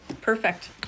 Perfect